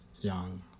young